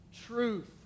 Truth